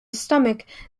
stomach